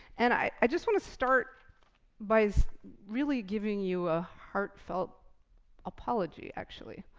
and i just wanna start by really giving you a heartfelt apology, actually.